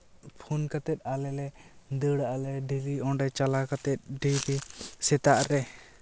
phone ᱠᱟᱛᱮᱜ ᱟᱞᱮ ᱞᱮ ᱫᱟᱹᱲᱟᱜᱼᱟ ᱞᱮ ᱰᱮᱞᱤ ᱚᱸᱰᱮ ᱪᱟᱞᱟᱣ ᱠᱟᱛᱮᱜ ᱰᱮᱞᱤ ᱥᱮᱛᱟᱜ ᱨᱮ